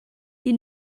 you